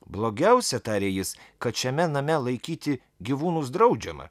blogiausia tarė jis kad šiame name laikyti gyvūnus draudžiama